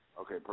Okay